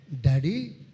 Daddy